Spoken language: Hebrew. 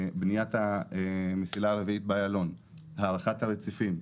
בניית המסילה הרביעית באיילון, הארכת הרציפים.